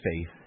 faith